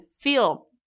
feel